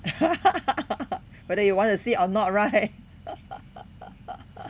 whether you want to see or not right